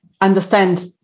understand